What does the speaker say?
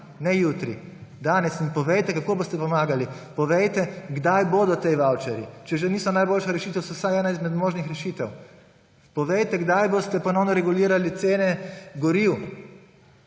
ne jutri. Danes. In povejte, kako boste pomagali, povejte, kdaj bodo ti vavčerji. Če že niso najboljša rešitev, so vsaj ena izmed možnih rešitev. Povejte, kdaj boste ponovno regulirali cene goriv.